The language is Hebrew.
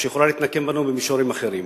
שיכולה להתנקם בנו במישורים אחרים.